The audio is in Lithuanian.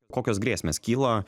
kokios grėsmės kyla